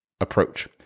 approach